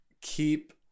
Keep